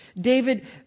David